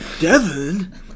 Devon